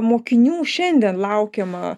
mokinių šiandien laukiama